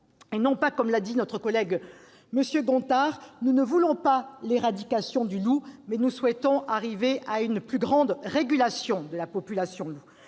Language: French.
à ce qu'a dit notre collègue Guillaume Gontard, nous ne voulons pas l'éradication du loup, mais nous souhaitons arriver à une plus grande régulation de la population.